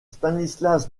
stanislas